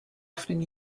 often